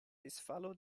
disfalo